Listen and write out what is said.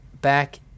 back